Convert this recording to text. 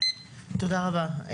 תודה רבה.